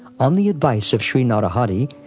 on the advice of shri narahari,